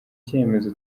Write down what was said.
cyemezo